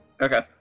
Okay